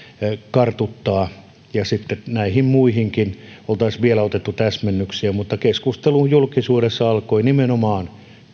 kartuttaa ja sitten näihin muihinkin oltaisiin vielä otettu täsmennyksiä mutta keskustelu julkisuudessa alkoi nimenomaan